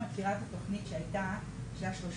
את מכירה את התכנית שהייתה של ה-30